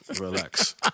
Relax